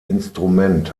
instrument